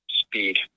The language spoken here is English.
speed